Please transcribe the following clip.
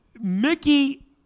Mickey